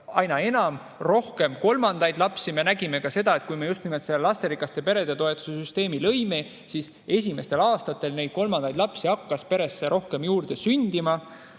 aina enam ka kolmandaid lapsi. Me nägime ju, et kui me just nimelt lasterikaste perede toetuste süsteemi lõime, siis esimestel aastatel kolmandaid lapsi hakkas peredesse rohkem juurde sündima. Minu